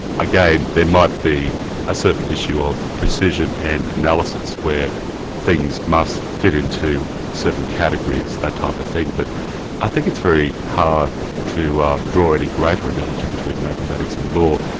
again there might be a certain issue of precision and analysis where things must fit into certain categories, that type of thing, but i think it's very hard to draw any greater analogy between mathematics and law.